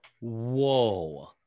Whoa